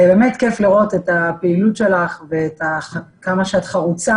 באמת כיף לראות את הפעילות שלך וכמה שאת חרוצה